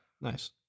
Nice